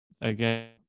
again